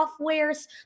softwares